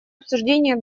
обсуждения